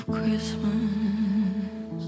Christmas